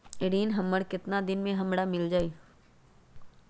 ऋण हमर केतना दिन मे हमरा मील जाई?